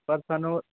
ਪਰ ਸਾਨੂੰ